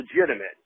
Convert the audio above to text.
legitimate